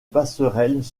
passerelles